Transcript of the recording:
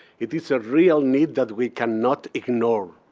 it is a real need that we cannot ignore.